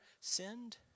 sinned